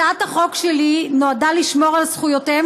הצעת החוק שלי נועדה לשמור על זכויותיהם